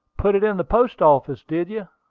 put it in the post-office, did you?